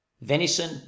venison